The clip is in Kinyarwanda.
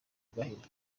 gahini